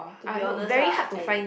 to be honest lah I